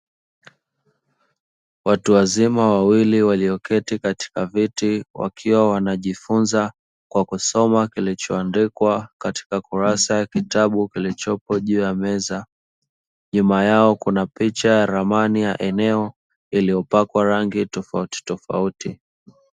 Watu wazima wawili walioketi katika viti wakiwa wanajifunza kwa kusoma kilichoandikwa katika kurasa ya kitabu kilichopo juu ya meza, nyuma yao kuna picha ya ramani ya eneo iliyopakwa rangi tofautitofauti.